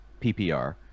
PPR